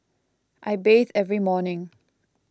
I bathe every morning